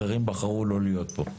אחרים בחרו לא להיות פה.